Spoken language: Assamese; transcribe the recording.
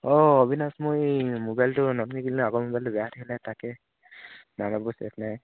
অঁ অবিনাশ মই এই মোবাইলটো নতুনকৈ কিনিলোঁ আগৰ মোবাইলটো বেয়া হৈ থাকিলে তাকে নাম্বাৰবোৰ ছেভ নাই